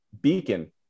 beacon